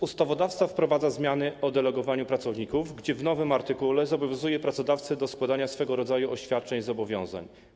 Ustawodawca wprowadza zmiany dotyczące delegowania pracowników, w nowym artykule zobowiązuje pracodawcę do składania swego rodzaju oświadczeń, zobowiązań.